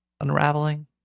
unraveling